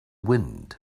wind